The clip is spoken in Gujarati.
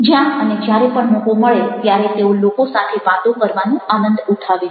જ્યાં અને જ્યારે પણ મોકો મળે ત્યારે તેઓ લોકો સાથે વાતો કરવાનો આનંદ ઉઠાવે છે